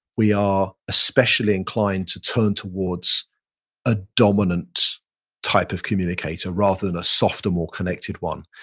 we are especially inclined to turn towards a dominant type of communicator rather than a softer, more connected one.